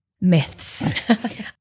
Myths